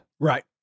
Right